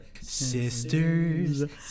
Sisters